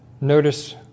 Notice